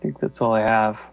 think that's all i have